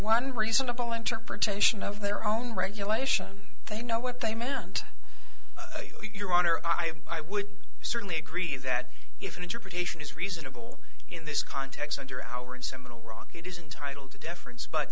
one reasonable interpretation of their own regulation thank know what they meant your honor i have i would certainly agree that if an interpretation is reasonable in this context under our in seminal rock it isn't titled to deference but